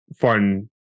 fun